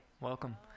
welcome